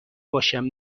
باشم